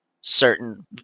certain